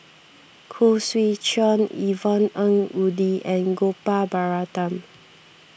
Khoo Swee Chiow Yvonne Ng Uhde and Gopal Baratham